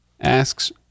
asks